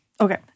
Okay